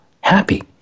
happy